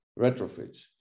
retrofits